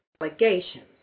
allegations